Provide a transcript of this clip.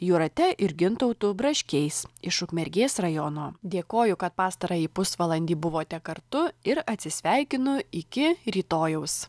jūrate ir gintautu braškiais iš ukmergės rajono dėkoju kad pastarąjį pusvalandį buvote kartu ir atsisveikinu iki rytojaus